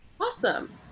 Awesome